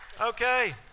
Okay